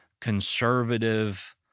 conservative